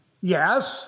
Yes